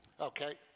Okay